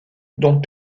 dont